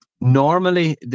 normally